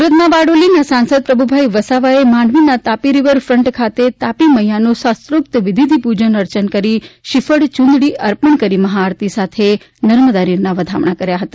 સુરતમાં બારડોલીના સાંસદ પ્રભુભાઇ વસાવાએ માંડવીના તાપી રિવર ફ્રન્ટ ખાતે તાપી મૈયાનું શાસ્ત્રોક્ત વિધિથી પૂજન અર્ચન કરી શ્રીફળ ચુંદડી અર્પણ કરી મહાઆરતી સાથે નર્મદા નીરના વધામણા કર્યા હતા